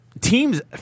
teams